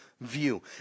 view